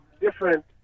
different